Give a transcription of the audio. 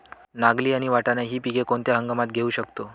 नागली आणि वाटाणा हि पिके कोणत्या हंगामात घेऊ शकतो?